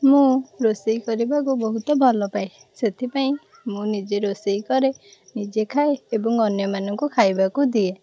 ମୁଁ ରୋଷେଇ କରିବାକୁ ବହୁତ ଭଲପାଏ ସେଥିପାଇଁ ମୁଁ ନିଜେ ରୋଷେଇ କରେ ନିଜେ ଖାଏ ଏବଂ ଅନ୍ୟ ମାନଙ୍କୁ ଖାଇବାକୁ ଦିଏ